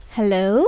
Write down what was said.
Hello